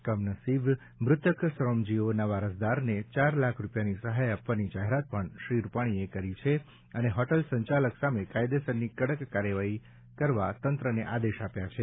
કમનસિબ મ્રતક શ્રમજીવીઓના વારસદારને ચાર લાખ રૂપિયાની સહાય આપવાની જાહેરાત પણ શ્રી રૂપાણીએ કરી છે અને હોટલ સંચાલક સામે કાયદેસરની કડક કાર્યવાહી કરવા તંત્રને આદેશ કર્યા છે